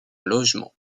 logement